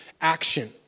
action